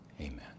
Amen